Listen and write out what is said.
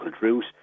route